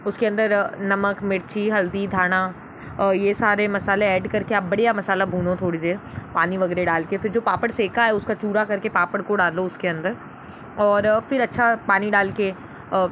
उसके अंदर नमक मिर्ची हल्दी धाना और यह सारे मसाले ऐड कर के आप बढ़िया मसाला भूनो थोड़ी देर पानी वगैरह डाल के फिर जो पापड़ सेका है उसका चूरा कर के पापड़ को डालो उसके अंदर और फिर अच्छा पानी डाल के